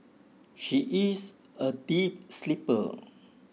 she is a deep sleeper